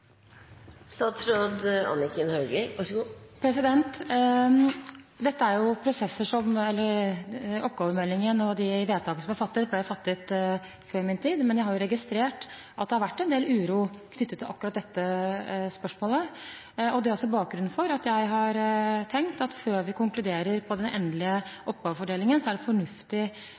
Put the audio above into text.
Oppgavemeldingen og de vedtakene som ble fattet, ble fattet før min tid. Men jeg har registrert at det har vært en del uro knyttet til akkurat dette spørsmålet, og det er bakgrunnen for at jeg har tenkt at før vi konkluderer om den endelige oppgavefordelingen, er det fornuftig